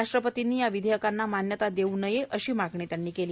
राष्ट्रपतींनी या विधेयकांना मान्यता देऊ नये अशी मागणी त्यांनी केली